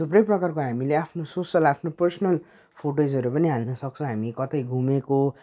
थुप्रै प्रकारको हामीले आफ्नो सोसल आफ्नो पर्सनल फुटेजहरू पनि हाल्नसक्छौँ हामी कतै घुमेको